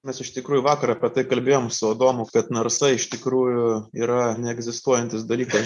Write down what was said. mes iš tikrųjų vakar apie tai kalbėjom su adomu kad narsa iš tikrųjų yra neegzistuojantis dalykas